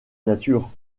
nature